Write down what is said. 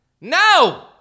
No